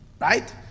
Right